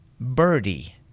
Birdie